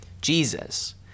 Jesus